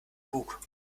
bug